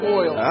oil